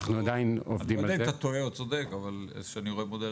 לא יודע אם אתה טועה או צודק אבל אני שואל על מודל